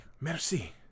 Merci